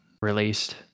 released